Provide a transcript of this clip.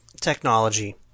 technology